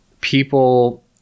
people